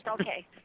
okay